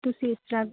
ਤੁਸੀਂ ਇਸ ਤਰ੍ਹਾਂ